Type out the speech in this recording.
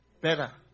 Better